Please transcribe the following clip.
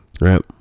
right